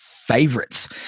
favorites